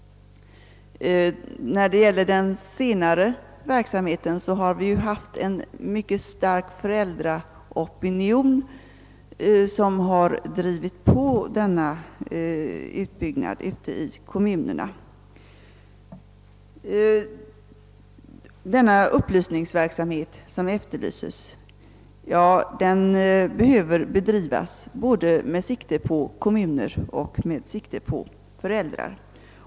Beträffande den senare verksamheten har en mycket stark föräldraopinion varit med och drivit på utbyggnaden ute i kommunerna. Den upplysningsverksamhet som här efterlyses behöver bedrivas med sikte på både kommuner och föräldrar.